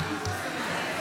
את דיברת בתורך.